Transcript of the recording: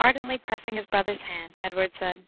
ardently pressing his brother's hand, edward said